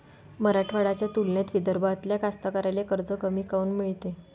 मराठवाड्याच्या तुलनेत विदर्भातल्या कास्तकाराइले कर्ज कमी काऊन मिळते?